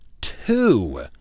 two